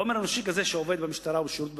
חומר אנושי כזה, שעובד במשטרה ובשירות בתי-הסוהר,